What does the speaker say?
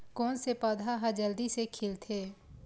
कोन से पौधा ह जल्दी से खिलथे?